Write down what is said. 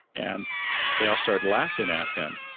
and they all started laughing at him.